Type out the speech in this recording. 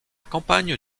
campagne